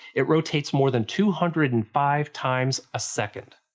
it rotates more than two hundred and five times a second!